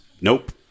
nope